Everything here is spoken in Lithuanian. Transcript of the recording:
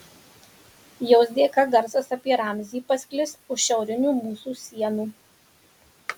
jos dėka garsas apie ramzį pasklis už šiaurinių mūsų sienų